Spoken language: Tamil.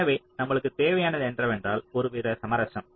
எனவே நமக்குத் தேவையானது என்னவென்றால் ஒருவித சமரசம்